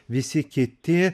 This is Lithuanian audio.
visi kiti